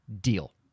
deal